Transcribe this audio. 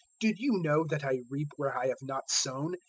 did you know that i reap where i have not sown,